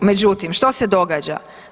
Međutim, što se događa?